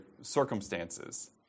circumstances